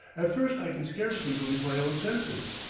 at first i can scarcely believe my own senses,